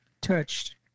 touched